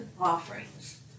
offerings